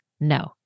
No